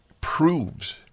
proves